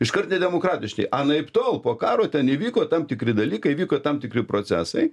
iškart nedemokratiški anaiptol po karo ten įvyko tam tikri dalykai vyko tam tikri procesai